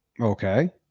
Okay